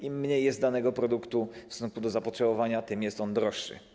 Im mniej jest danego produktu w stosunku do zapotrzebowania, tym jest on droższy.